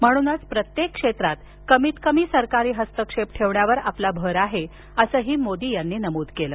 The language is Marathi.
म्हणूनच प्रत्येक क्षेत्रात कमीतकमी सरकारी हस्तक्षेप ठेवण्यावर आपला भर आहे असंही मोदी यांनी नमूद केलं